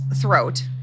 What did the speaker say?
throat